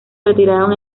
retiraron